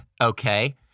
Okay